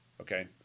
Okay